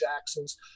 Jackson's